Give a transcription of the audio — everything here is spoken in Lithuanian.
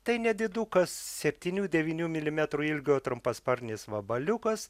tai nedidukas septynių devynių milimetrų ilgio trumpasparnis vabaliukas